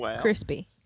Crispy